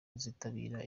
kuzitabira